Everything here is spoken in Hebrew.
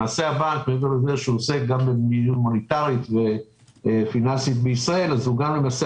מעבר לכך שהבנק עוסק גם במדיניות מוניטרית ופיננסית בישראל הוא גם מספק